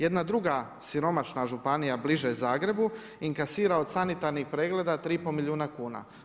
Jedna druga siromašna županija bliže Zagrebu inkasira od sanitarnih pregleda 3,5 milijuna kuna.